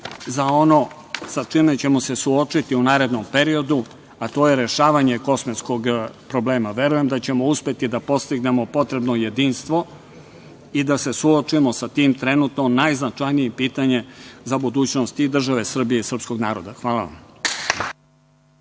za ono sa čime ćemo se suočiti u narednom periodu, a to je rešavanje kosmetskog problema. Verujem da ćemo uspeti da postignemo potrebno jedinstvo i da se suočimo sa tim trenutno najznačajnijim pitanjem za budućnost i države Srbije i srpskog naroda. Hvala.